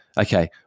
okay